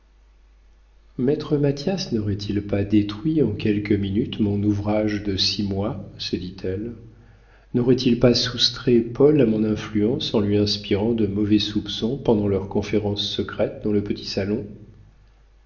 maître mathias n'aurait-il pas détruit en quelques minutes mon ouvrage de six mois se dit-elle n'aurait-il pas soustrait paul à mon influence en lui inspirant de mauvais soupçons pendant leur conférence secrète dans le petit salon